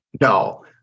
No